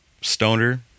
stoner